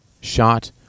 shot